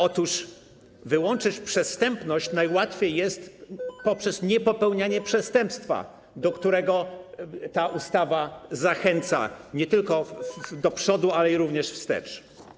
Otóż wyłączyć przestępność najłatwiej jest poprzez niepopełnianie przestępstwa, do którego ta ustawa zachęca - nie tylko do przodu, ale również wstecz.